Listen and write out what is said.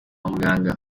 muganga